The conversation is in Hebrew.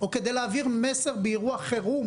או כדי להעביר מסר באירוע חירום